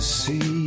see